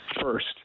first